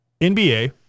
NBA